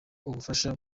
ubufasha